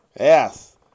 yes